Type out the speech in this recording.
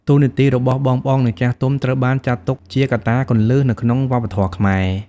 តួនាទីរបស់បងៗ និងចាស់ទុំ ត្រូវបានចាត់ទុកជាកត្តាគន្លឹះ នៅក្នុងវប្បធម៌ខ្មែរ។